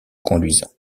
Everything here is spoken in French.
conduisant